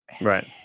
Right